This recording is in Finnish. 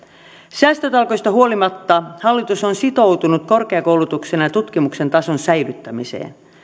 säästötalkoista huolimatta hallitus on sitoutunut korkeakoulutuksen ja tutkimuksen tason säilyttämiseen